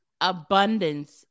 Abundance